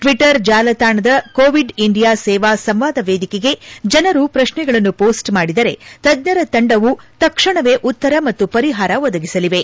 Twitter ಜಾಲತಾಣದ Covid India ಸೇವಾ ಸಂವಾದ ವೇದಿಕೆಗೆ ಜನರು ಪ್ರಶ್ನೆಗಳನ್ನು ಪೋಸ್ಟ್ ಮಾಡಿದರೆ ತಜ್ಞರ ತಂಡವು ತಕ್ಷಣವೇ ಉತ್ತರ ಮತ್ತು ಪರಿಹಾರ ಒದಗಿಸಲಿವೆ